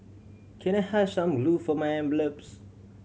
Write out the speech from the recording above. can I have some glue for my envelopes